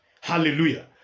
Hallelujah